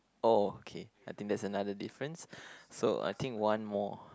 oh okay I think that's another difference so I think one more